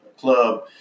club